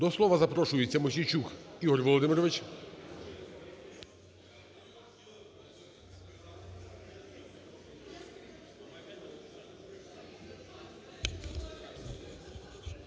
До слова запрошуєтьсяМосійчук Ігор Володимирович.